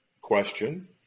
question